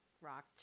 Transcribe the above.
rock